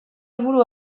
helburu